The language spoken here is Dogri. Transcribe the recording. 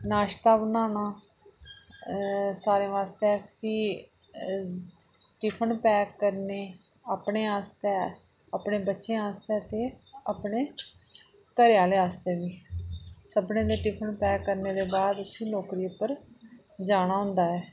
नाश्ता बनाना सारें आस्तै प्ही टिफिन पैक करने अपने आस्तै अपने बच्चें आस्तै ते घरै आह्ले आस्तै बी सभनें दे टिफिन पैक करने दे बाद उसी अपनी नौकरी पर जाना होंदा ऐ